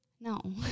no